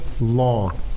long